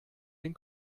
den